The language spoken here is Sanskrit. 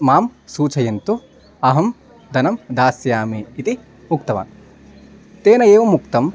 मां सूचयन्तु अहं धनं दास्यामि इति उक्तवान् तेन एवम् उक्तम्